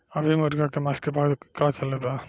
अभी मुर्गा के मांस के का भाव चलत बा?